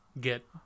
get